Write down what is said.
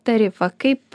tarifą kaip